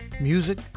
music